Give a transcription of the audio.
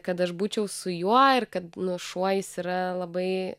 kad aš būčiau su juo ir kad nu šuo jis yra labai